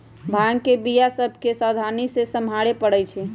भांग के बीया सभ के सावधानी से सम्हारे परइ छै